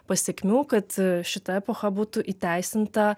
pasekmių kad šita epocha būtų įteisinta